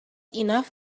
enough